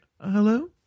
hello